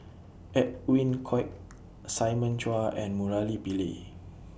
Edwin Koek Simon Chua and Murali Pillai